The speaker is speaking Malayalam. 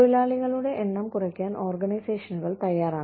തൊഴിലാളികളുടെ എണ്ണം കുറയ്ക്കാൻ ഓർഗനൈസേഷനുകൾ തയ്യാറാണ്